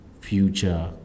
future